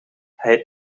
hij